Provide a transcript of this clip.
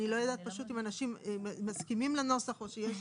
אבל אני לא יודעת אם אנשים מסכימים לנוסח או שיש הערות.